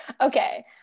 okay